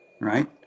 right